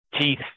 teeth